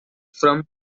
from